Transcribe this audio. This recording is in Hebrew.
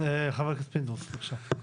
חבר הכנסת פינדרוס, בבקשה.